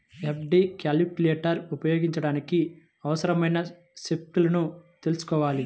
FD calculator ఉపయోగించడానికి అవసరమైన స్టెప్పులను తెల్సుకోవాలి